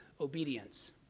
obedience